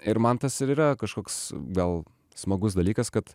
ir man tas ir yra kažkoks gal smagus dalykas kad